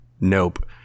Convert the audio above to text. nope